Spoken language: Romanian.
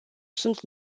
sunt